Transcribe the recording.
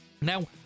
Now